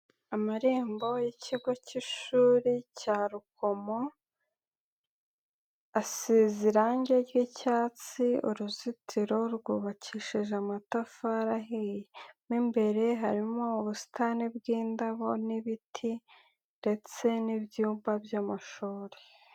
Amarembo yikigo cy'ishuri cya Rukomo, asize irangi ry'icyatsi uruzitiro rwubakishije amatafari ahiye, mo imbere harimo ubusitani bw'indabo n'ibiti ndetse n'ibyumba by'amashuri.